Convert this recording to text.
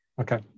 Okay